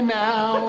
now